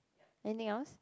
anything else